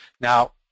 Now